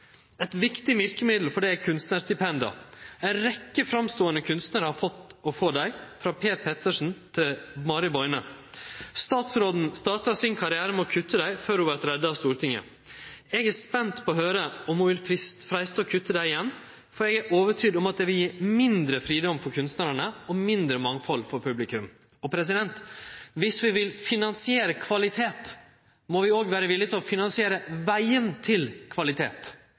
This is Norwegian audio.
Eit viktig verkemiddel for dette er kunstnarstipenda. Ei rekkje framståande kunstnarar har fått og får dei – frå Per Petterson til Mari Boine. Statsråden starta sin karriere med å kutte dei, før ho vart redda av Stortinget. Eg er spent på å høyre om ho vil freiste å kutte dei igjen, for eg er overtydd om at det vil gje mindre fridom for kunstnarane og mindre mangfald for publikum. Viss vi vil finansiere kvalitet, må vi òg vere villige til å finansiere vegen til kvalitet,